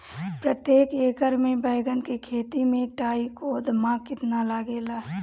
प्रतेक एकर मे बैगन के खेती मे ट्राईकोद्रमा कितना लागेला?